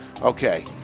Okay